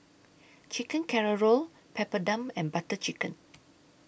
Chicken Casserole Papadum and Butter Chicken